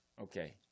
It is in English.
Okay